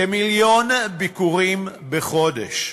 כמיליון ביקורים בחודש,